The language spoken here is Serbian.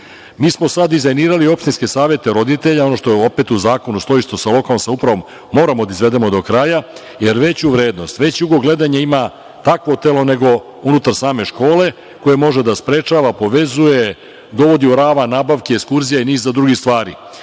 smo sada dizajnirali opštinske savete roditelja, ono što stoji u zakonu, što sa lokalnom samoupravom moramo da izvedemo do kraja, jer veću vrednost, veći ugao gledanja ima takvo telo, nego unutar same škole koja može da sprečava, povezuje, dovodi u ravan nabavke, ekskurzije i niz drugih stvari,